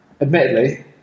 admittedly